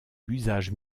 l’usage